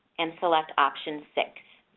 and select option six.